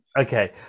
Okay